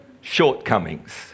shortcomings